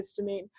histamine